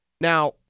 Now